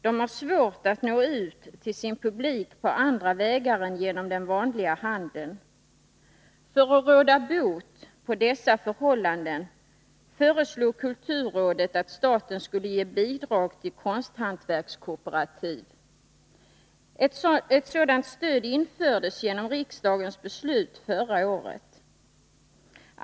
De har svårt att nå ut till sin publik på andra vägar än genom den vanliga handeln. För att råda bot på dessa förhållanden föreslog kulturrådet att staten skulle ge bidrag till konsthantverkskooperativ. Ett sådant stöd infördes genom riksdagens beslut förra året.